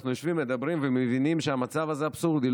אנחנו יושבים, מדברים ומבינים שהמצב הזה אבסורדי.